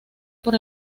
por